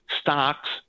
Stocks